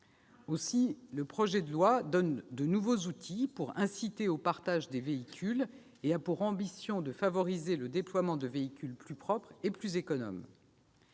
Aussi, le projet de loi prévoit de nouveaux outils pour inciter au partage des véhicules et a pour ambition de favoriser le déploiement de véhicules plus propres et plus économes.